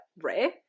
rare